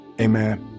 Amen